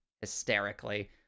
hysterically